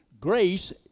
Grace